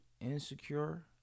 insecure